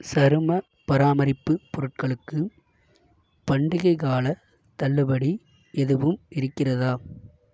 சரும பராமரிப்பு பொருட்களுக்கு பண்டிகை கால தள்ளுபடி எதுவும் இருக்கிறதா